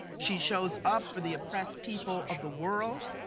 she shows up for the oppressed people of the world.